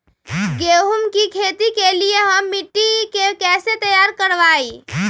गेंहू की खेती के लिए हम मिट्टी के कैसे तैयार करवाई?